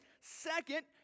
Second